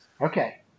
okay